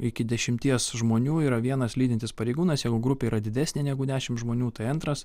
iki dešimties žmonių yra vienas lydintis pareigūnas jeigu grupė yra didesnė negu dešimt žmonių tai antras